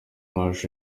mashusho